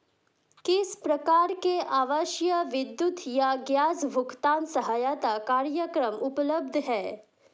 किस प्रकार के आवासीय विद्युत या गैस भुगतान सहायता कार्यक्रम उपलब्ध हैं?